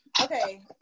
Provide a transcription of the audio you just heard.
Okay